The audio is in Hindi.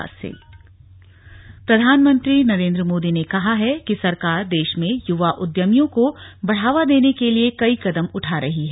नमो एप प्रधानमंत्री नरेन्द्र मोदी ने कहा है कि सरकार देश में यूवा उद्यमियों को बढ़ावा देने के लिए कई कदम उठा रही है